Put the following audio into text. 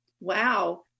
wow